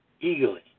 eagerly